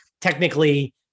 technically